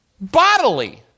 Bodily